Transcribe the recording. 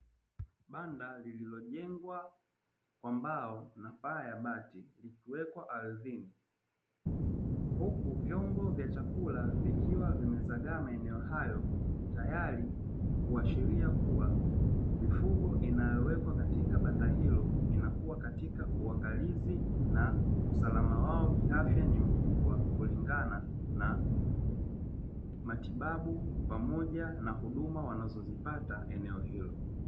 Banda lililojengwa kwa mbao na paa ya bati likiwekwa ardhini, huku vyombo vya chakula vikiwa vimezagaa maeneo hayo, tayari kuashiria kuwa mifugo inayowekwa katika banda hilo inakua katika uangalizi na usalama wao kiafya ni mkubwa; kulingana na matibabu pamoja huduma wanazozipata eneo hilo.